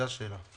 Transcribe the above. זאת השאלה.